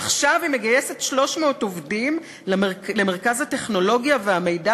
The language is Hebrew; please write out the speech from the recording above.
עכשיו היא מגייסת 300 עובדים למרכז הטכנולוגיה והמידע